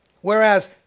Whereas